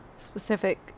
specific